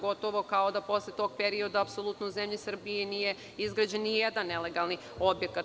Gotovo da posle tog perioda apsolutno u zemlji Srbiji nije izgrađen nijedan nelegalni objekat.